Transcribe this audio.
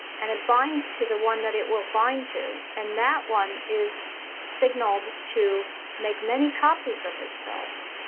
and it binds to the one that it will bind to. and that one is signaled to make many copies of itself.